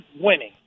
winning